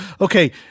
Okay